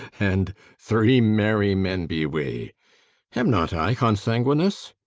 and three merry men be we am not i consanguineous?